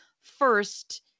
first